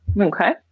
Okay